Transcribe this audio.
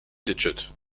digit